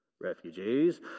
refugees